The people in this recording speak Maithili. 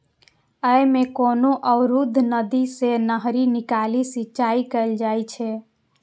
अय मे कोनो अवरुद्ध नदी सं नहरि निकालि सिंचाइ कैल जाइ छै